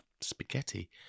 spaghetti